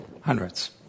hundreds